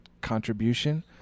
contribution